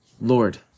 Lord